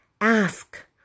Ask